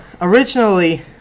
originally